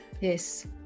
yes